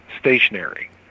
stationary